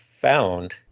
found